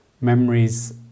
memories